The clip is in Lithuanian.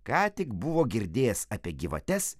ką tik buvo girdėjęs apie gyvates